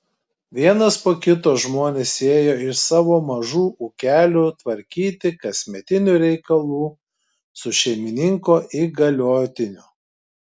vienas po kito žmonės ėjo iš savo mažų ūkelių tvarkyti kasmetinių reikalų su šeimininko įgaliotiniu